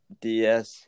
DS